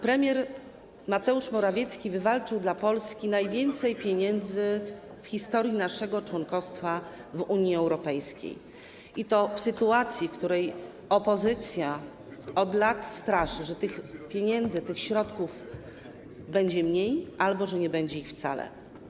Premier Mateusz Morawiecki wywalczył dla Polski najwięcej pieniędzy w historii naszego członkostwa w Unii Europejskiej, i to w sytuacji, w której opozycja od lat straszy, że tych pieniędzy, tych środków będzie mniej albo że nie będzie ich wcale.